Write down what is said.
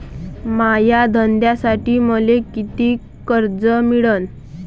माया धंद्यासाठी मले कितीक कर्ज मिळनं?